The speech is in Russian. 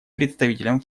представителем